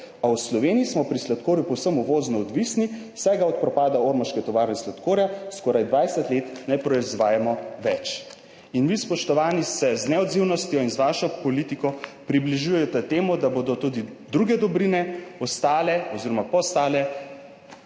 V Sloveniji smo pri sladkorju povsem uvozno odvisni, saj ga od propada ormoške tovarne sladkorja skoraj 20 let ne proizvajamo več.« In vi, spoštovani, se z neodzivnostjo in z vašo politiko približujete temu, da bodo tudi druge dobrine ostale oziroma postale